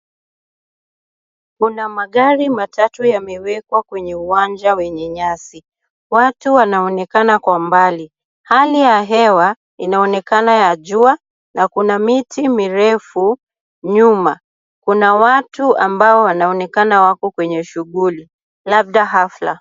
Kuna magari matatu yamewekwa kwenye uwanja wenye nyasi. Watu wanaonekana kwa mbali. Hali ya hewa inaonekana ya jua na kuna miti mirefu nyuma. Kuna watu ambao wanaonekana wako kwenye shughuli. Labda hafla.